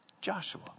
Joshua